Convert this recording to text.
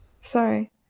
Sorry